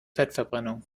fettverbrennung